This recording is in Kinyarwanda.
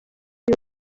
uyu